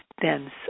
dense